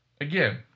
Again